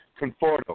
Conforto